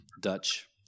Dutch